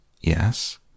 Yes